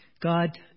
God